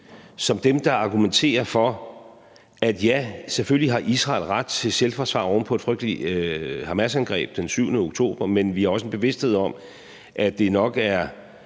som dem, der argumenterer for, at ja, selvfølgelig har Israel ret til selvforsvar oven på et frygteligt Hamasangreb den 7. oktober, men hvor vi også har en bevidsthed om, at nok er